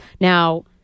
Now